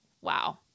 wow